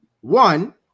one